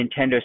Nintendo